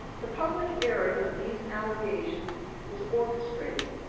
the public airing of these allegations was orchestrated.